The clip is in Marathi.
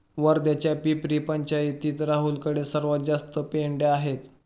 वर्ध्याच्या पिपरी पंचायतीत राहुलकडे सर्वात जास्त मेंढ्या आहेत